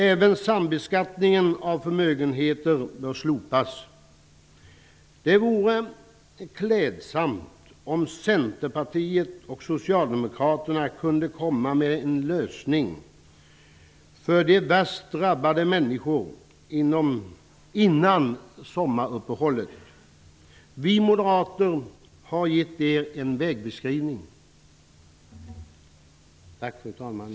Även sambeskattningen av förmögenheter bör slopas. Det vore klädsamt om Centerpartiet och Socialdemokraterna kunde komma med en lösning för de värst drabbade människorna före sommaruppehållet. Vi moderater har givit er en vägbeskrivning.